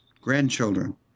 grandchildren